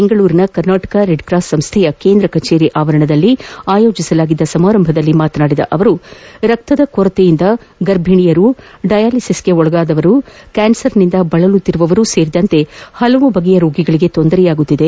ಬೆಂಗಳೂರಿನ ಕರ್ನಾಟಕ ರೆಡ್ಕಾಸ್ ಸಂಸ್ನೆಯ ಕೇಂದ್ರ ಕಚೇರಿ ಆವರಣದಲ್ಲಿ ಆಯೋಜಿಸಲಾದ ಸಮಾರಂಭದಲ್ಲಿ ಮಾತನಾಡಿದ ಅವರು ರಕ್ತದ ಕೊರತೆಯಿಂದ ಗರ್ಭಣಿಯರು ಡಯಾಲಿಸಸ್ಗೆ ಒಳಗಾಗುವವರು ಕ್ಯಾನ್ಸರ್ನಿಂದ ಬಳಲುತ್ತಿರುವವರು ಸೇರಿದಂತೆ ಹಲವು ಬಗೆಯ ರೋಗಿಗಳಿಗೆ ತೊಂದರೆಯಾಗುತ್ತಿದೆ